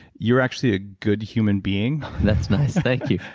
you're actually a good human being. that's nice. thank you.